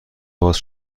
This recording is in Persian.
باز